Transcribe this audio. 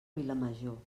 vilamajor